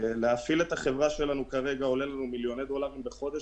להפעיל את החברה שלנו כרגע עולה לנו מיליוני דולרים בחודש,